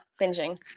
binging